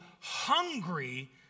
hungry